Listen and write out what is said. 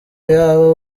y’aba